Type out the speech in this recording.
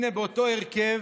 הינה, באותו הרכב